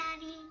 Daddy